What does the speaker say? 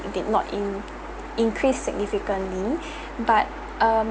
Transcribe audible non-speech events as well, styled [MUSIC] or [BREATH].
did not in~ increase significantly [BREATH] but um